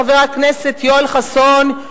חבר הכנסת יואל חסון,